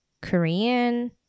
korean